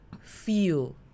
feel